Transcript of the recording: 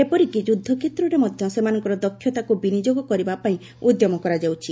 ଏପରିକି ଯୁଦ୍ଧକ୍ଷେତ୍ରରେ ମଧ୍ୟ ସେମାନଙ୍କ ଦକ୍ଷତାକୁ ବିନିଯୋଗ କରିବା ପାଇଁ ଉଦ୍ୟମ କରାଯାଉଛି